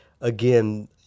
again